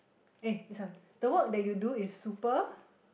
eh this one the work that you do is super